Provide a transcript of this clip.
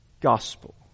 gospel